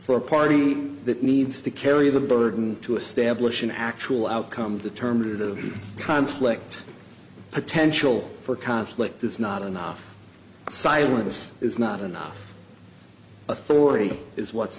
for a party that needs to carry the burden to establish an actual outcome determinative conflict potential for conflict it's not enough silence is not enough authority is what's